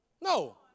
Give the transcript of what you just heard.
No